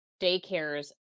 daycares